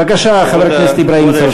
בבקשה, חבר הכנסת אברהים צרצור.